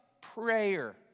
prayer